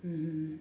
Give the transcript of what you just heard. mmhmm